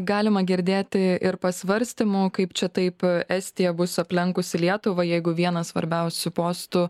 galima girdėti ir pasvarstymų kaip čia taip estija bus aplenkusi lietuvą jeigu vieną svarbiausių postų